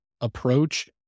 approach